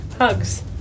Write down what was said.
Hugs